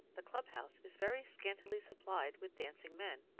the clubhouse is very scantily supplied with dancing men,